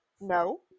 No